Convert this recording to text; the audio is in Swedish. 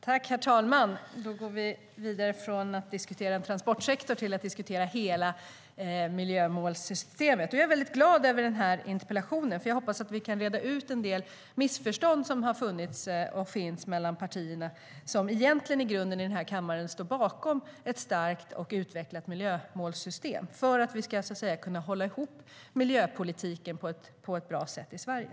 Herr talman! Vi går vidare från att ha diskuterat transportsektorn till att diskutera hela miljömålssystemet. Jag är mycket glad över denna interpellation, eftersom jag hoppas att vi kan reda ut en del missförstånd som har funnits och finns mellan partierna. I grunden står partierna i kammaren bakom ett starkt och utvecklat miljömålssystem för att vi ska kunna hålla ihop miljöpolitiken på ett bra sätt i Sverige.